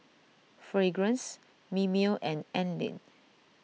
Fragrance Mimeo and Anlene